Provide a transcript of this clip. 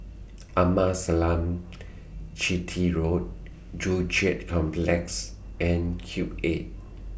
Amasalam Chetty Road Joo Chiat Complex and Cube eight